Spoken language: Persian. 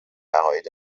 عقاید